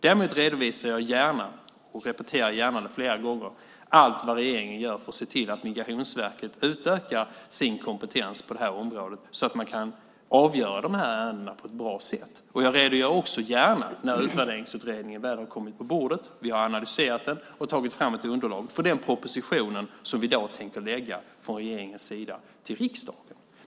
Däremot redovisar jag gärna, och repeterar gärna flera gånger, allt vad regeringen gör för att se till att Migrationsverket utökar sin kompetens på området så att det går att avgöra ärendena på ett bra sätt. Jag redogör också gärna, när Utvärderingsutredningen väl har kommit på bordet, vi har analyserat den och tagit fram ett underlag, för den proposition som vi tänker lägga fram från regeringens sida till riksdagen.